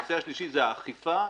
הנושא השלישי הוא האכיפה,